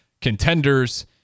contenders